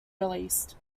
released